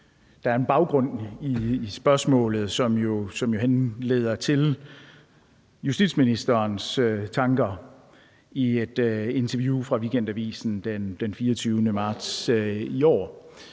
Der er en baggrund for spørgsmålet, som jo henleder til justitsministerens tanker i et interview i Weekendavisen den 24. marts i år